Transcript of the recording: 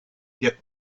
viêt